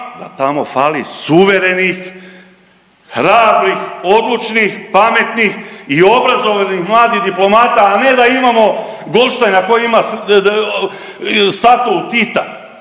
da tamo fali suverenih, hrabrih, odlučnih, pametnih i obrazovanih mladih diplomata, a ne da imamo Goldštajna koji ima statut Tita